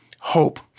hope